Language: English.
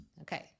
okay